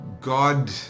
God